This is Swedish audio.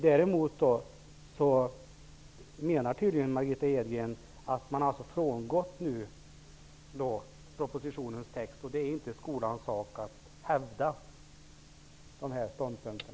Däremot menar tydligen Margitta Edgren att man har frångått propositionens text. Det är inte skolans sak att hävda dessa ståndpunkter.